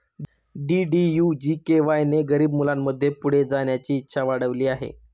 DDU GKY ने गरीब मुलांमध्ये पुढे जाण्याची इच्छा वाढविली आहे